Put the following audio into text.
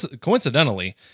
Coincidentally